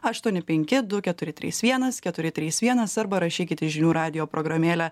aštuoni penki du keturi trys vienas keturi trys vienas arba rašykit į žinių radijo programėlę